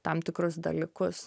tam tikrus dalykus